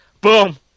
Boom